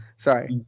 Sorry